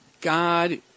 God